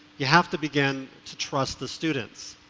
you have to begin to trust the students.